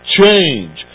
change